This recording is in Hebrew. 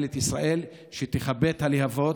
ממשלת ישראל, שתכבה את הלהבות.